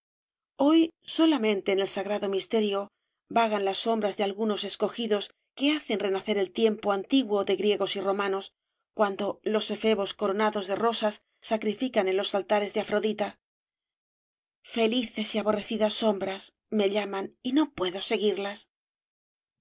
hoy solamente en el sagrado misterio vagan las sombras de algunos escogidos que hacen renacer el tiempo antiguo de griegos y romanos cuando los efebos coronados de rosas sacrifican en los altares de afrodita felices y aborrecidas sombras me llaman y no puedo seguirlas